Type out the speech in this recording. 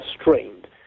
strained